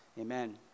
Amen